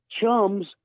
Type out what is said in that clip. chums